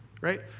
right